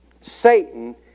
Satan